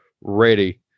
ready